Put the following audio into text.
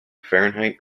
fahrenheit